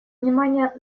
внимание